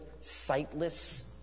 sightless